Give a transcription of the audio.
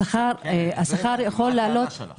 השכר יכול לעלות.